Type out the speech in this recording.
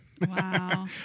Wow